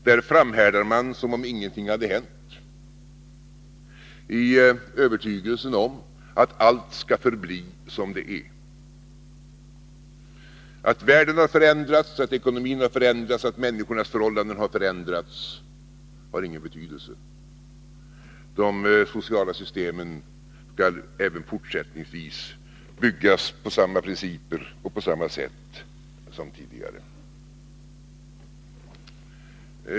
Där framhärdar man, som om ingenting hade hänt, i övertygelsen om att allt skall förbli som det är. Att världen har förändrats, att ekonomin har förändrats och att människornas förhållanden har förändrats har ingen betydelse. De sociala systemen skall även fortsättningsvis byggas på samma principer och på samma sätt som tidigare.